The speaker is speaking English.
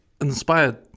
inspired